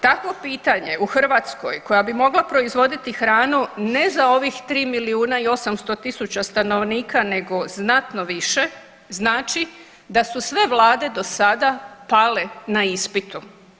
Takvo pitanje u Hrvatskoj koja bi mogla proizvoditi hranu ne za ovih 3 milijuna i 800 tisuća stanovnika nego znatno više znači da su sve vlade dosada pale na ispitu.